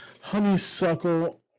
honeysuckle